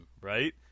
right